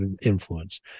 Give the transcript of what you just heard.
influence